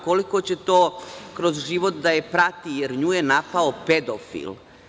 Koliko će to kroz život da je prati, jer nju je napao pedofil.